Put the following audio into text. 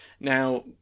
Now